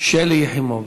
שלי יחימוביץ.